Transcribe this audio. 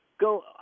go